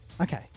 Okay